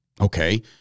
Okay